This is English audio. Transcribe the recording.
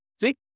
See